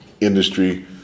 industry